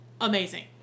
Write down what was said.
amazing